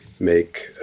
make